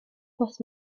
pws